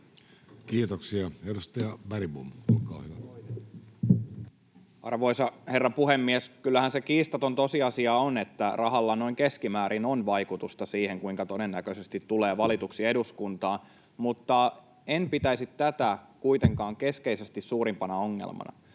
kertomus Time: 13:21 Content: Arvoisa herra puhemies! Kyllähän se kiistaton tosiasia on, että rahalla noin keskimäärin on vaikutusta siihen, kuinka todennäköisesti tulee valituksi eduskuntaan, mutta en pitäisi tätä kuitenkaan keskeisesti suurimpana ongelmana